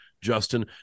Justin